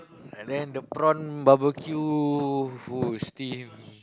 and then the prawn barbecue !whoo! steam